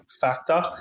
factor